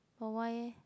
but why eh